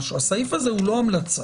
הסעיף הזה הוא לא המלצה.